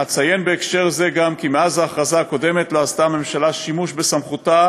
אציין בהקשר זה גם כי מאז ההכרזה הקודמת לא עשתה הממשלה שימוש בסמכותה,